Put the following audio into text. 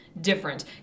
different